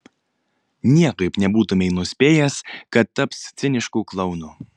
niekaip nebūtumei nuspėjęs kad taps cinišku klounu